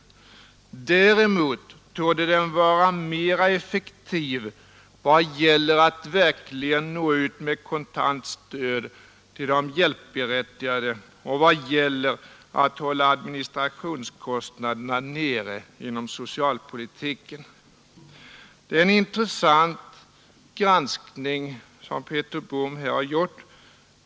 Däremot torde den vara mera effektiv vad gäller att verkligen nå ut med kontant stöd till de hjälpberättigade och vad gäller att hålla administrationskostnaderna nere inom socialpolitiken.” Det är värdefull granskning som Peter Bohm här har gjort.